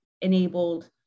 enabled